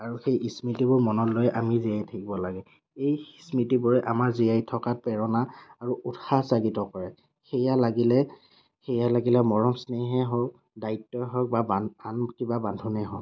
আৰু সেই স্মৃতিবোৰ মনত লৈ আমি জীয়াই থাকিব লাগে এই স্মৃতিবোৰে আমাৰ জীয়াই থকাৰ প্ৰেৰণা আৰু উৎসাহ জাগৃত কৰে সেয়া লাগিলে সেয়া লাগিলে মৰম স্নেহেই হওক দায়িত্বই হওক বা আন কিবা বান্ধোনেই হওক